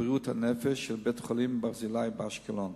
לבריאות הנפש של בית-החולים "ברזילי" באשקלון.